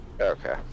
Okay